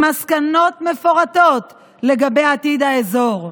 עם מסקנות מפורטות לגבי עתיד האזור.